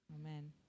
Amen